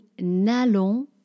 n'allons